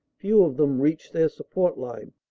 few of them reached their support line.